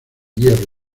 hierro